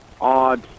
odd